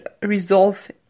resolve